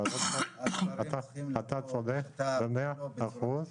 אבל אתה צודק במאה אחוז.